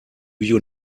you